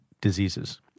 diseases